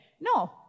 No